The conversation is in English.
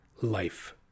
life